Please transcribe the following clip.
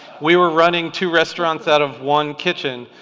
we were running two restaurants out of one kitchen.